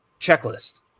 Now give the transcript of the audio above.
checklist